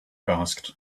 asked